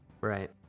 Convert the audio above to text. Right